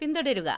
പിന്തുടരുക